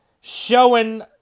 showing